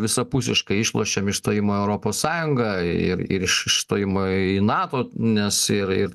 visapusiškai išlošėm įstojimo į europos sąjungą ir ir iš iš stojimo į nato nes ir ir